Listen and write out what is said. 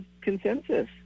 consensus